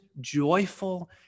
joyful